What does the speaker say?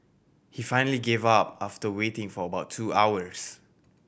he finally gave up after waiting for about two hours